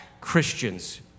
Christians